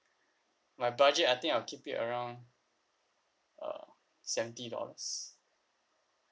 my budget I think I'll keep it around uh seventy dollars